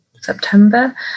September